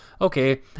Okay